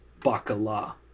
bakala